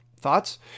thoughts